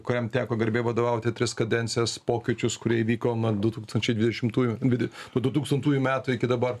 kuriam teko garbė vadovauti tris kadencijas pokyčius kurie įvyko du tūkstančiai dvidešimtųjų dvidi po du tūkstantųjų metų iki dabar